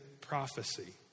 prophecy